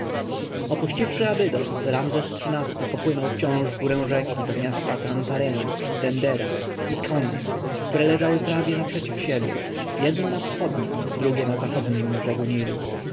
opuściwszy abydos ramzes xiii-ty popłynął wciąż wgórę rzeki do miasta tan-ta-ren dendera i kaneh które leżały prawie naprzeciw siebie jedno na wschodnim drugie na zachodnim brzegu nilu